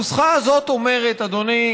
הנוסחה הזאת אומרת, אדוני